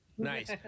Nice